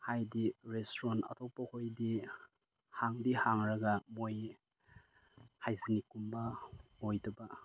ꯍꯥꯏꯗꯤ ꯔꯦꯁꯇꯨꯔꯦꯟ ꯑꯇꯣꯞꯄꯈꯣꯏꯗꯤ ꯍꯥꯡꯗꯤ ꯍꯥꯡꯉꯒ ꯃꯣꯏ ꯍꯥꯏꯖꯅꯤꯛꯀꯨꯝꯕ ꯑꯣꯏꯗꯕ